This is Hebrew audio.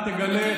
אתה תגלה,